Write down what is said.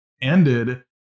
ended